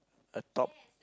a dog